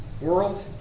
world